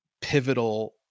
pivotal